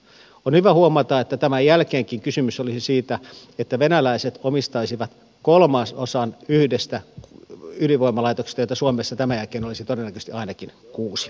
on hyvä huomata että tämän jälkeenkin kysymys olisi siitä että venäläiset omistaisivat kolmasosan yhdestä ydinvoimalaitoksesta joita suomessa tämän jälkeen olisi todennäköisesti ainakin kuusi